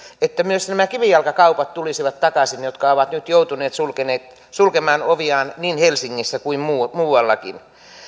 että myös nämä kivijalkakaupat tulisivat takaisin jotka ovat nyt joutuneet sulkemaan sulkemaan oviaan niin helsingissä kuin muuallakin